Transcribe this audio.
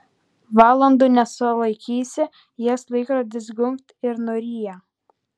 valandų nesulaikysi jas laikrodis gunkt ir nuryja